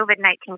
COVID-19